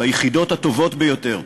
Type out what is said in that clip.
ביחידות הטובות ביותר,